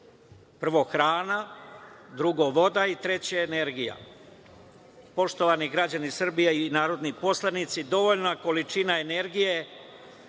svetu: hrana, voda i energija. Poštovani građani Srbije i narodni poslanici, dovoljna količina energije